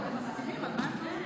שלוש דקות ברשותך, בבקשה.